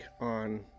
on